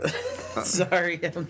Sorry